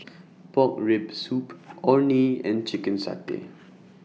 Pork Rib Soup Orh Nee and Chicken Satay